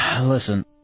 Listen